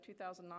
2009